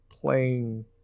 playing